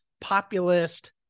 populist